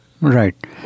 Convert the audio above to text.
Right